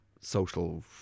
social